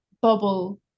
bubble